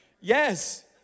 Yes